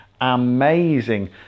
amazing